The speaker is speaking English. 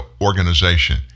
organization